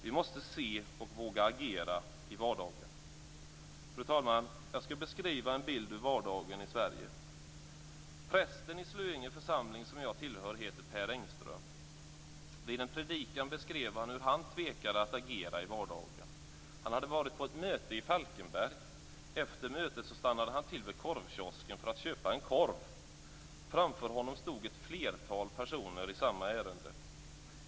Vi måste se och våga agera i vardagen. Fru talman! Jag skall beskriva en bild ur vardagen i Sverige. Prästen i Slöinge församling, som jag tillhör, heter Per Engström. Vid en predikan beskrev han hur han tvekade att agera i vardagen. Han hade varit på ett möte i Falkenberg. Efter mötet stannade han till vid korvkiosken för att köpa en korv. Framför honom stod ett flertal personer i samma ärende.